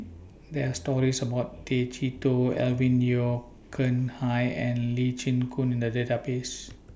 There Are stories about Tay Chee Toh Alvin Yeo Khirn Hai and Lee Chin Koon in The Database